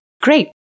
great